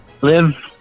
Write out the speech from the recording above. live